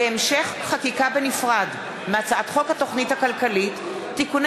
להמשך חקיקה בנפרד מהצעת חוק התוכנית הכלכלית (תיקוני